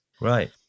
Right